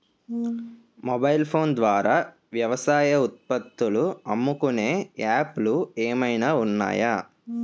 Mobile phone ద్వారా వ్యవసాయ ఉత్పత్తులు అమ్ముకునే యాప్ లు ఏమైనా ఉన్నాయా?